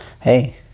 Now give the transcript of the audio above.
Hey